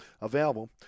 available